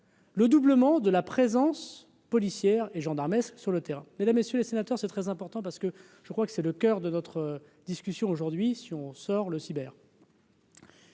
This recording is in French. le doublement de la présence. Policière et gendarmes sur le terrain, mesdames, messieurs les sénateurs, c'est très important parce que je crois que c'est le coeur de notre discussion aujourd'hui si on sort le cyber.